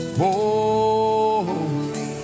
holy